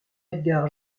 edgar